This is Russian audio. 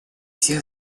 все